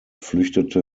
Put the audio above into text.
flüchtete